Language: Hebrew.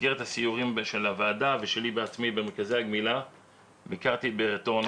במסגרת הסיורים של הוועדה ושלי בעצמי במרכזי הגמילה ביקרתי ברטורנו.